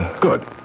Good